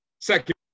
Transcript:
second